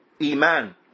iman